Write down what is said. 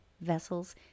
vessels